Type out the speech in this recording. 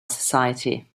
society